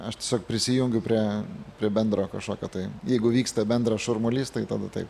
aš tiesiog prisijungiu prie prie bendro kažkokio tai jeigu vyksta bendras šurmulys tai tada taip